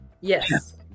Yes